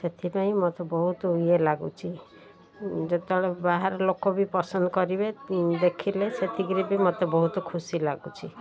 ସେଥିପାଇଁ ମୋତେ ବହୁତ ଇଏ ଲାଗୁଛି ଯେତେବେଳେ ବାହାର ଲୋକ ବି ପସନ୍ଦ କରିବେ ଦେଖିଲେ ସେତିକିରି ବି ମୋତେ ବହୁତ ଖୁସି ଲାଗୁଛି